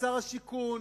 שר השיכון,